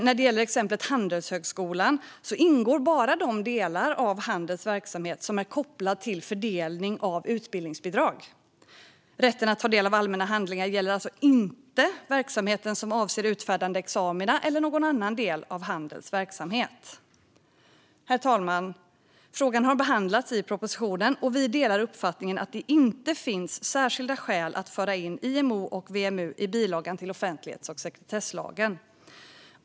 När det gäller Handelshögskolan ingår bara de delar av verksamheten som är kopplade till fördelning av utbildningsbidrag. Rätten att ta del av allmänna handlingar gäller alltså inte verksamheten som avser utfärdande av examina eller någon annan del av Handels verksamhet. Herr talman! Frågan har behandlats i propositionen. Vi delar uppfattningen att det inte finns särskilda skäl att införa IMO och WMU i bilagan till offentlighets och sekretesslagen.